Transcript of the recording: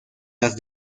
las